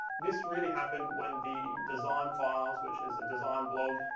this really happened when the design files, which is a design blog,